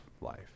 life